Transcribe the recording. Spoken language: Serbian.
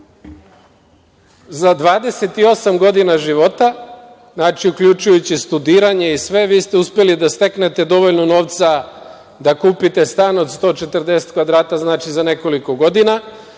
za 28 godina života, znači, uključujući studiranje i sve, vi ste uspeli da steknete dovoljno novca da kupite stan od 140 kvadrata. Znači, za nekoliko godina.